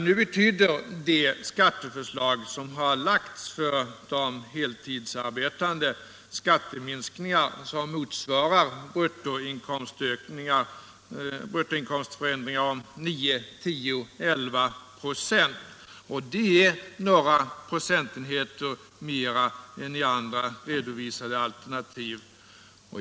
Nu innebär det skatteförslag, som har framlagts, för de heltidsarbetande skatteminskningar som motsvarar bruttoinkomstförändringar på 9, 10 eller 11 926, och det är några procentenheter mera än i andra redovisade alternativ.